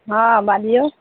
हँ बाजिऔ